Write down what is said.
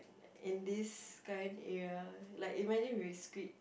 in this kind area like imagine if we quit